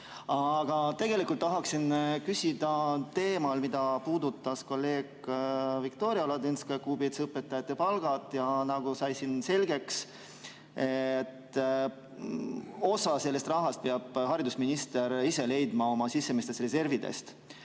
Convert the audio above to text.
Aga tegelikult tahan küsida teemal, mida puudutas kolleeg Viktoria Ladõnskaja-Kubits: õpetajate palgad. Nagu siin selgeks sai, peab osa sellest rahast haridusminister leidma oma sisemistest reservidest.